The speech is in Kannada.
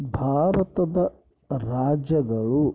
ಭಾರತದ ರಾಜ್ಯಗಳು